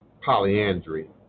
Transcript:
polyandry